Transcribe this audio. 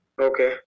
Okay